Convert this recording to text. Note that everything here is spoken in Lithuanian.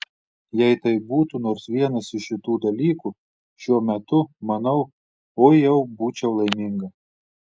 jei tai būtų nors vienas iš šitų dalykų šiuo metu manau oi jau būčiau laiminga